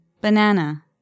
banana